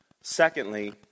Secondly